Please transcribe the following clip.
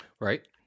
Right